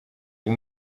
uyu